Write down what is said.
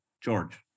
George